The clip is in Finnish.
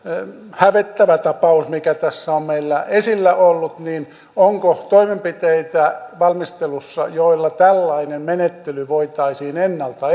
hävettävä tapaus mikä tässä on meillä esillä ollut niin onko valmistelussa toimenpiteitä joilla tällainen menettely voitaisiin ennalta